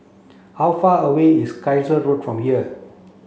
how far away is Carlisle Road from here